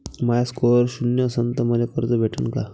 माया score शून्य असन तर मले कर्ज भेटन का?